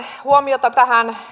huomiota tähän